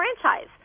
franchise